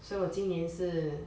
所以我今年是